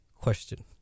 question